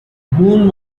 moon